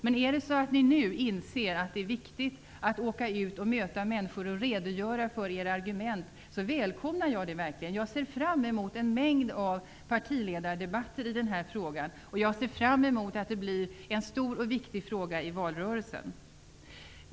Men är det så att ni nu inser att det är viktigt att åka ut och möta människor och redogöra för era argument välkomnar jag det verkligen. Jag ser fram mot en mängd partiledardebatter i den här frågan, och jag ser fram mot att det blir en stor och viktig fråga i valrörelsen.